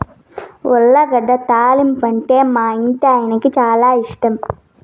ఉర్లగడ్డ తాలింపంటే మా ఇంటాయనకి చాలా ఇష్టం